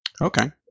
Okay